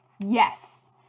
Yes